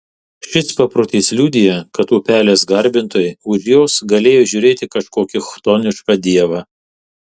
šis paprotys liudija kad upelės garbintojai už jos galėjo įžiūrėti kažkokį chtonišką dievą